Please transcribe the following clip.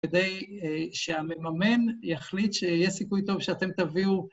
כדי שהמממן יחליט שיש סיכוי טוב שאתם תביאו